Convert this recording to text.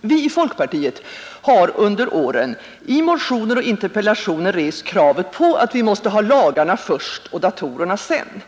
Vi i folkpartiet har under åren i motioner och interpellationer rest kravet på att lagarna måste komma först, datorerna sedan.